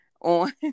On